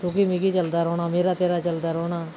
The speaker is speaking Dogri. मिगी तुकी चलदा रौह्ना मेरा तेरा चलदा रौह्ना